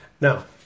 Now